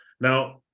Now